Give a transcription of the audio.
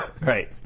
Right